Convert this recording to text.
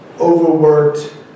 overworked